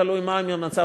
ותלוי מה המצב